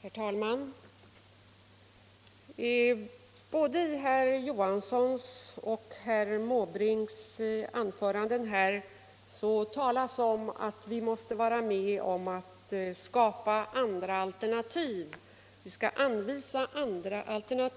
Herr talman! Både herr Olof Johansson i Stockholm och herr Måbrink talade om att vi måste skapa andra alternativ när